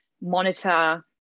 monitor